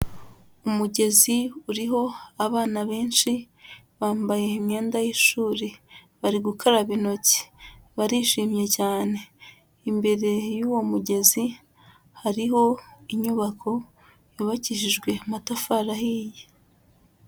Umugezi uriho abana benshi bambaye imyenda y'ishuri bari gukaraba intoki barishimye cyane, imbere y'uwo mugezi hariho inyubako yabakijijwe amatafari ahiye.